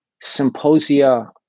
symposia